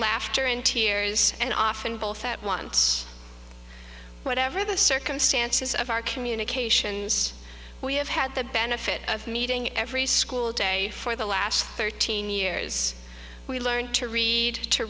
laughter and tears and often both at once whatever the circumstances of our communications we have had the benefit of meeting every school day for the last thirteen years we learned to read to